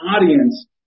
audience